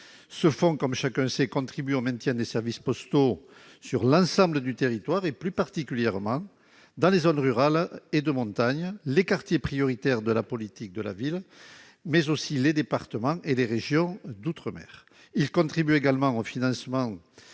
Ce fonds contribue au maintien de services postaux sur l'ensemble du territoire, et plus particulièrement dans les zones rurales et de montagne, les quartiers prioritaires de la politique de la ville et les départements et régions d'outre-mer. Il contribue également au financement